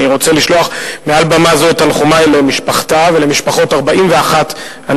אני רוצה לשלוח מעל במה זו את תנחומי למשפחתה ולמשפחות 41 הנספים.